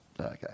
Okay